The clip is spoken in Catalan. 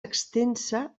extensa